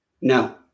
No